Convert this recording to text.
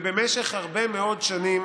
במשך הרבה מאוד שנים